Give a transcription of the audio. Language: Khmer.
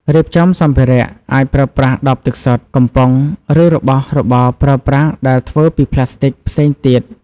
រៀបចំសម្ភារៈ អាចប្រើប្រាស់ដបទឹកសុទ្ធ កំប៉ុង ឬរបស់របរប្រើប្រាស់ដែលធ្វើពីផ្លាស្ទិកផ្សេងទៀត។